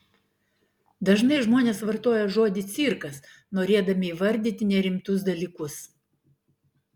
dažnai žmonės vartoja žodį cirkas norėdami įvardyti nerimtus dalykus